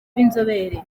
b’inzobere